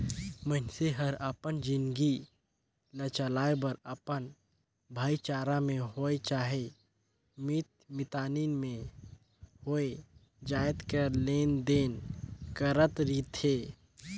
मइनसे हर अपन जिनगी ल चलाए बर अपन भाईचारा में होए चहे मीत मितानी में होए जाएत कर लेन देन करत रिथे